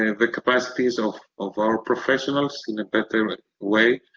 and the capacities of of our professionals in a better but way,